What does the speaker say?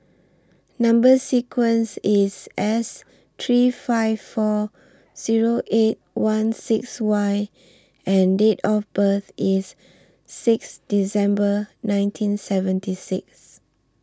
Number sequence IS S three five four Zero eight one six Y and Date of birth IS six December nineteen seventy six